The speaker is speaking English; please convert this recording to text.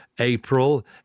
April